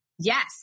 Yes